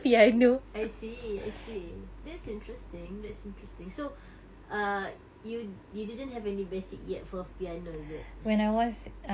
I see I see that's interesting that's interesting so err you you didn't have any basic yet for piano is it